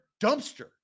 dumpster